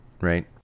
right